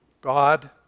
God